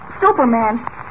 Superman